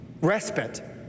respite